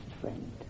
friend